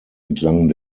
entlang